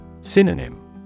Synonym